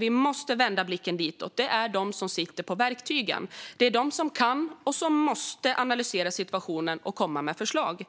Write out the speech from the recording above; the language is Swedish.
Vi måste vända blicken dit, för det är regeringen som sitter på verktygen och som kan och måste analysera situationen och komma med förslag.